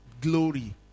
glory